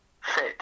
fit